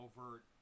overt